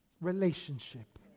relationship